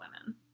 women